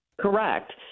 Correct